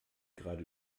gerade